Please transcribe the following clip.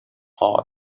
heart